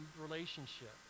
relationship